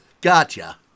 Gotcha